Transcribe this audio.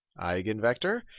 eigenvector